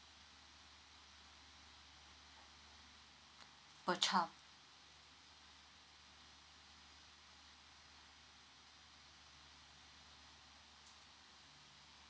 per child